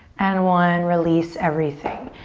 and one, release everything.